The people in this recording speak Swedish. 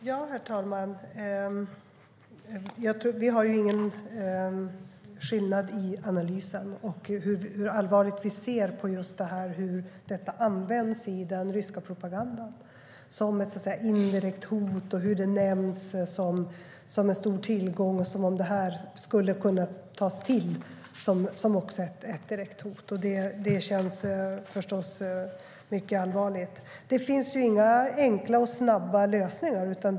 Herr talman! Vi skiljer oss inte åt i analysen eller i hur allvarligt vi ser på att detta används som ett indirekt hot i den ryska propagandan. Det nämns som en stor tillgång, som om det skulle kunna tas till också som ett direkt hot. Det känns förstås mycket allvarligt. Det finns inga enkla, snabba lösningar.